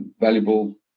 Valuable